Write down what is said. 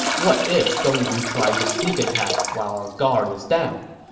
what if dongwu tries a sneak attack while our guard is down?